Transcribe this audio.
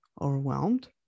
overwhelmed